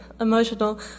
emotional